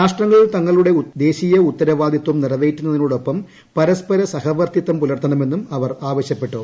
രാഷ്ട്രങ്ങൾ തങ്ങളുടെ ദേശീയ ഉത്തരവാദിത്വം നിറവേറ്റുന്നതോടൊപ്പം പരസ്പര സഹവർത്തിത്തം പുലർത്തണമെന്നും അവർ ആവശ്യപ്പെട്ടു